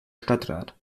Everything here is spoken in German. stadtrat